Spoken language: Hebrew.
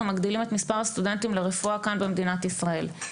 מגדילים את הסטודנטים לרפואה כאן במדינת ישראל.